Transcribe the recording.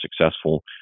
successful